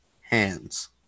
hands